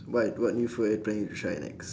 what what new food are you planning to try next